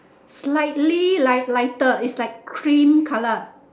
slightly light lighter it's like cream colour